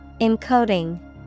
Encoding